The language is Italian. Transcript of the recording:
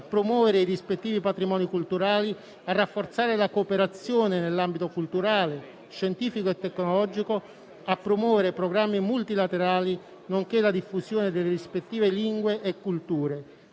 a promuovere i rispettivi patrimoni culturali, a rafforzare la cooperazione nell'ambito culturale, scientifico e tecnologico, a promuovere programmi multilaterali, nonché la diffusione delle rispettive lingue e culture,